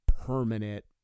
permanent